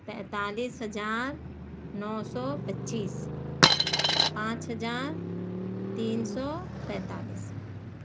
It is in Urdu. پینتالیس ہزار نو سو پچیس پانچ ہزار تین سو پینتالیس